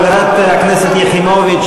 חברת הכנסת שלי יחימוביץ,